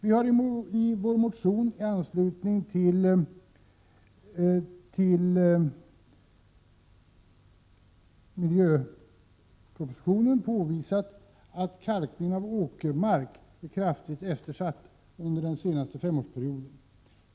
Vi har i vår motion i anslutning till miljöpropositionen påvisat att kalkningen av åkermark har blivit kraftigt eftersatt under den senaste femårsperioden.